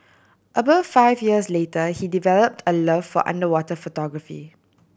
about five years later he developed a love for underwater photography